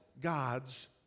God's